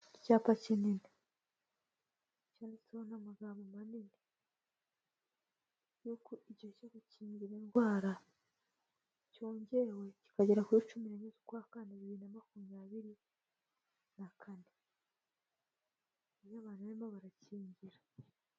Icyapa kinini cyatseho amagambo manini yuko igihe cyo gukingira indwara cyongerewe kikagera kuri cumi na kane bibiri na makumyabiri na kane, hariho abantu barimo barakingira.